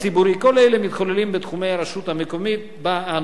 כל אלה מתחוללים בתחומי הרשות המקומית שבה אנו חיים.